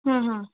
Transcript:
হুম হুম